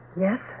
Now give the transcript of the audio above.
Yes